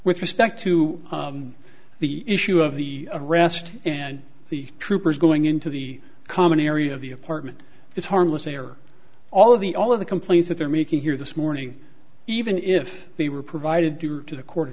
with respect to the issue of the arrest and the troopers going into the common area of the apartment is harmless a or all of the all of the complaints that they're making here this morning even if they were provided to the court